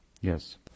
Yes